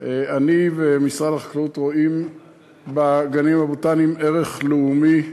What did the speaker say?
אני ומשרד החקלאות רואים בגנים הבוטניים ערך לאומי,